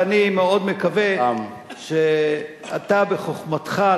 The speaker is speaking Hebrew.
ואני מאוד מקווה שאתה בחוכמתך,